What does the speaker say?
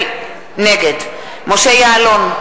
נגד משה יעלון,